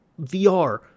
VR